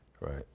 right